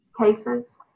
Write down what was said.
cases